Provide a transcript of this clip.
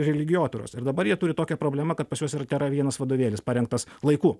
religijotyros ir dabar jie turi tokią problemą kad pas juos yra tėra vienas vadovėlis parengtas laiku